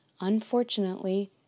unfortunately